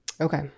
Okay